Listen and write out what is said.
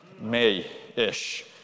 May-ish